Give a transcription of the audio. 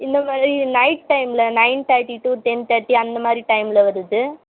இந்தமாதிரி நைட் டைமில் nine thirty to ten thirty அந்தமாதிரி டைமில் வருது